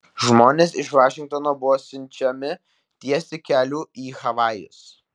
žmonės iš vašingtono buvo siunčiami tiesti kelių į havajus